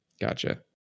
Gotcha